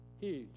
Huge